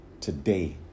today